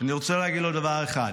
אני רוצה להגיד לו דבר אחד: